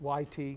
Yt